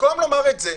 במקום לומר את זה,